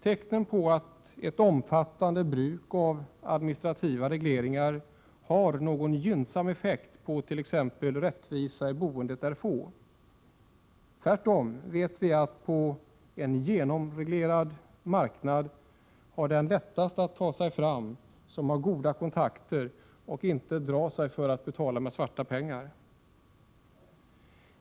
Tecknen på att ett omfattande bruk av administrativa regleringar har någon gynnsam effekt t.ex. på rättvisan i boendet är få. Tvärtom vet vi, att på en genomreglerad marknad har den lättast att ta sig fram som har goda kontakter och inte drar sig för att betala svarta pengar.